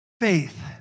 faith